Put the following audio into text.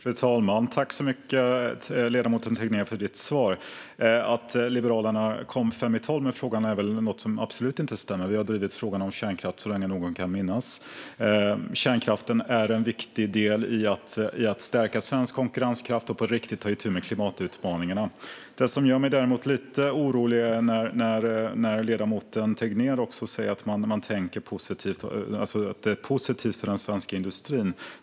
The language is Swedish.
Fru talman! Tack så mycket, ledamoten Tegnér, för ditt svar! Att Liberalerna kom fem i tolv med frågan är något som absolut inte stämmer; vi har drivit frågan om kärnkraft så länge någon kan minnas. Kärnkraften är en viktig del i att stärka svensk konkurrenskraft och på riktigt ta itu med klimatutmaningarna. Det som däremot gör mig lite orolig är när ledamoten Tegnér säger att det här är positivt för den svenska industrin.